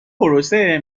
پروسه